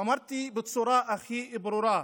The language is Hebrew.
ואמרתי בצורה הכי ברורה: